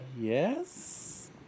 Yes